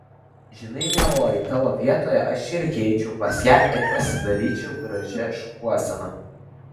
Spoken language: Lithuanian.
žinai mieloji tavo vietoje aš irgi eičiau pas ją ir pasidalyčiau gražią šukuoseną